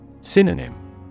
Synonym